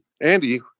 Andy